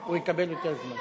הוא יקבל יותר זמן.